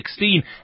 2016